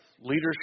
leadership